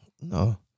no